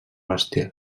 bestiar